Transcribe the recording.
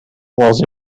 was